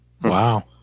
Wow